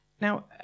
Now